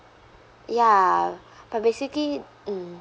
ya but basically mm